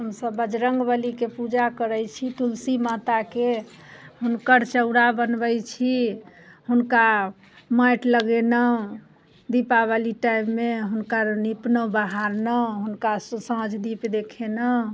हमसब बजरंगबली के पूजा करै छी तुलसी माता के हुनकर चौरा बनबै छी हुनका माटि लगेलहुॅं दीपावली टाइममे हुनकर नीपलहुॅं बहारलहुॅं हुनका साँझ दीप देखेलहुॅं